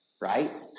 right